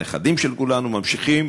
הנכדים של כולנו ממשיכים,